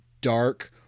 dark